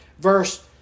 verse